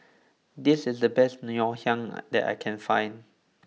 this is the best Ngoh Hiang that I can find